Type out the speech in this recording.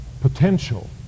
potential